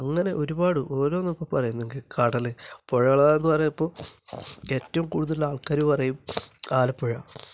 അങ്ങനെ ഒരുപാട് ഓരോന്നൊക്കെ പറയുന്നെങ്കിൽ കടല് പുഴകള് എന്ന് പറയുമ്പോൾ ഏറ്റവും കൂടുതൽ ആൾക്കാര് പറയും ആലപ്പുഴ